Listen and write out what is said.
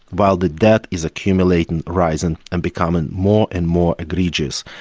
while the debt is accumulating, rising, and becoming more and more egregious.